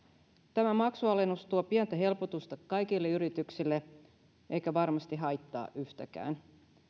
tämä maksualennus tuo pientä helpotusta kaikille yrityksille eikä varmasti haittaa yhtäkään